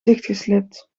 dichtgeslibd